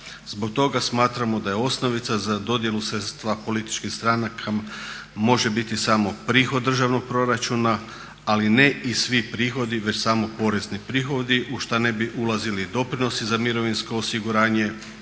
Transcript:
Zbog toga smatramo da je osnovica za dodjelu sredstva političkih stranaka može biti samo prihod državnog proračuna, ali ne i svi prihodi već samo porezni prihodi u šta ne bi ulazili doprinosi za mirovinsko osiguranje,